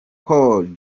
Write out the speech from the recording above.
col